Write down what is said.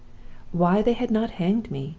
why they had not hanged me!